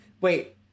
Wait